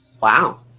Wow